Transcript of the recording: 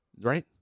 right